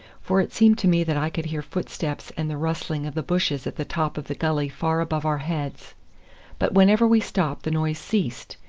for it seemed to me that i could hear footsteps and the rustling of the bushes at the top of the gully far above our heads but whenever we stopped the noise ceased,